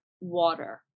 water